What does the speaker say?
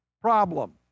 problem